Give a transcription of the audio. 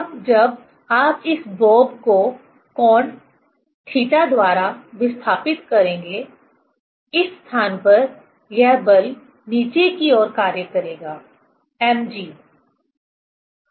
अब जब आप इस बॉब को कोण थीटा द्वारा विस्थापित करेंगे इस स्थान पर यह बल नीचे की ओर कार्य करेगा mg